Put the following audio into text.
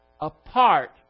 apart